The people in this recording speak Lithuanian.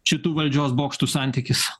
šitų valdžios bokštų santykis